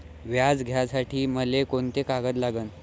व्याज घ्यासाठी मले कोंते कागद लागन?